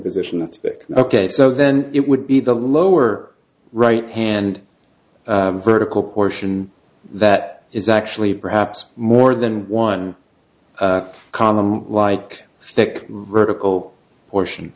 position that's ok so then it would be the lower right hand vertical portion that is actually perhaps more than one common like stick vertical portion